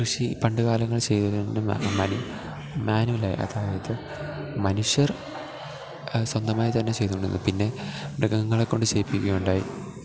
കൃഷി പണ്ടു കാലങ്ങളിൽ ചെയ്തതുകൊണ്ട് മാനുവലായി അതായത് മനുഷ്യർ സ്വന്തമായി തന്നെ ചെയ്തുകൊണ്ട് പിന്നെ മൃഗങ്ങളെക്കൊണ്ട് ചെയ്യിപ്പിക്കുകയുണ്ടായി